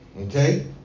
Okay